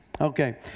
Okay